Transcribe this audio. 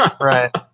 Right